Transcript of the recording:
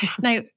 Now